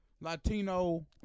Latino